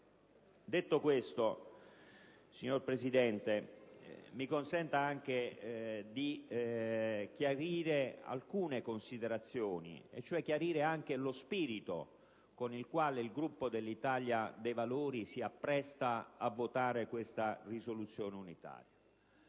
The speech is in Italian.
Detto questo, signor Presidente, mi consenta anche di chiarire alcune considerazioni, cioè chiarire lo spirito con il quale il Gruppo dell'Italia dei Valori si appresta a votare questa proposta di risoluzione unitaria.